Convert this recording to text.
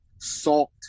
salt